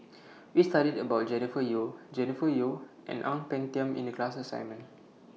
We studied about Jennifer Yeo Jennifer Yeo and Ang Peng Tiam in The class assignment